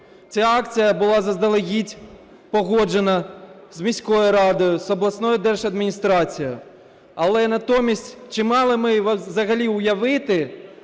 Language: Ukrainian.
Ця акція була заздалегідь погоджена з міською радою, з обласною держадміністрацією. Але натомість чи мали ми взагалі уявити